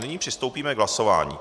Nyní přistoupíme k hlasování.